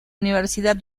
universidad